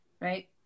right